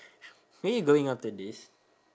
where you going after this